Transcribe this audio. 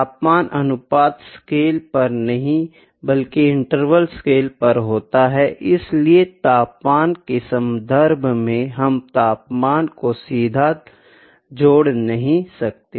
तापमान अनुपात स्केल पर नहीं बल्कि इंटरवल स्केल पर होता है इसलिए तापमान के संदर्भ में हम तापमान को सीधे जोड़ नहीं सकते